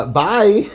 bye